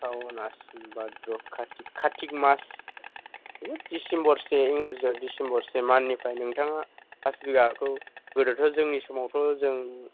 सावन मास बाद्र कार्थिक कार्थिक मास बिदिनो दिसेमबर से इंराजि आव दिसेमबरसे माननिफ्राय नोंथाङा हा सुग्राखौ गोदोथ' जोंनि समावथ' जों